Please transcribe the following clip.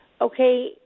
Okay